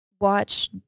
watch